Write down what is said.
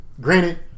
granted